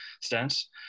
stance